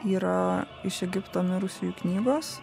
yra iš egipto mirusiųjų knygos